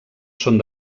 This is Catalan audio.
són